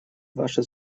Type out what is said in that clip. ваши